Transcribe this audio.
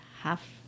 half